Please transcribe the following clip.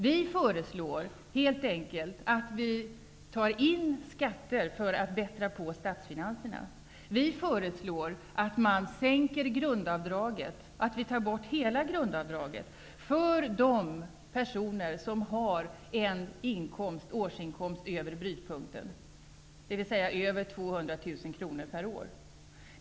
Vi föreslår helt enkelt att vi tar in skatter för att bättra på statsfinanserna. Vi föreslår att man sänker grundavdraget, att man tar bort hela grundavdraget för de personer som har en årsinkomst över brytpunkten, dvs. över 200 000 kr per år.